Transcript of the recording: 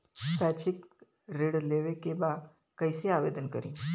शैक्षिक ऋण लेवे के बा कईसे आवेदन करी?